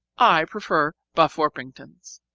i prefer buff orpingtons.